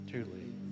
Truly